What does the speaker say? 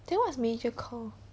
then what's major core